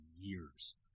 years